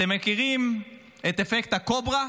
אתם מכירים את אפקט הקוברה?